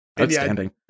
outstanding